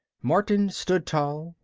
martin stood tall,